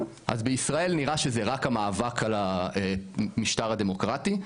אז בישראל נראה שזה רק המאבק של המשטר הדמוקרטי,